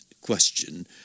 question